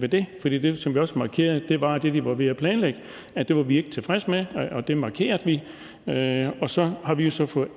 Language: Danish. ved det. For det, som vi også markerede, var det, vi var ved at planlægge – at det var vi ikke tilfredse med, og det markerede vi. Og så har vi jo så fået